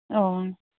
ᱚ ᱻ